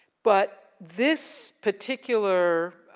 but this particular